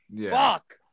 fuck